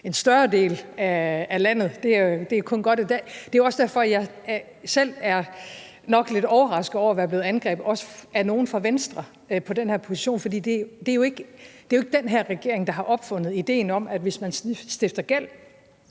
en større del af landet. Det er kun godt i dag. Det er jo nok også derfor, jeg selv er lidt overrasket over at være blevet angrebet, også af nogle fra Venstre, i forhold til den her position. For det er jo ikke den her regering, der har opfundet ideen om, at man som land,